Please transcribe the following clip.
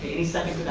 any second to that?